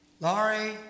Laurie